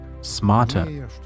smarter